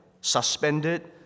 suspended